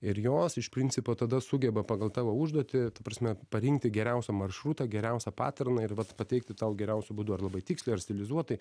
ir jos iš principo tada sugeba pagal tavo užduotį ta prasme parinkti geriausią maršrutą geriausią paterną ir pateikti tau geriausiu būdu ar labai tiksliai ar stilizuotai